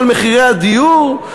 כל עשרות האחוזים שבהם עלה מחיר הדיור,